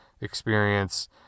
experience